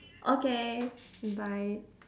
okay bye